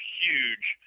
huge